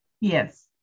Yes